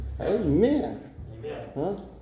Amen